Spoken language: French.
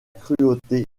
cruauté